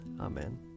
Amen